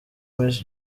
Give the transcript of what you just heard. miss